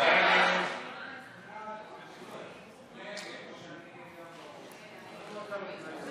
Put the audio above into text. תקנות סמכויות מיוחדות להתמודדות